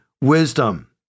wisdom